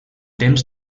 temps